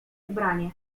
ubranie